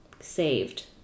saved